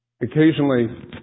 Occasionally